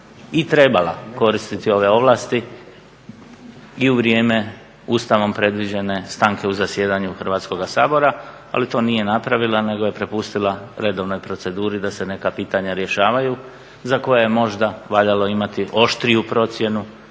i trebala koristiti ove ovlasti i u vrijeme Ustavom predviđene stanke u zasjedanju Hrvatskoga sabora, ali to nije napravila nego je prepustila redovnoj proceduri da se neka pitanja rješavaju za koje je možda valjalo imati oštriju procjenu